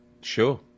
sure